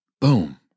Boom